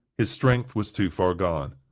his strength was too far gone.